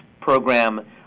program